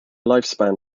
lifespan